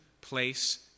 place